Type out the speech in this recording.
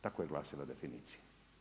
Tako je glasila definicija.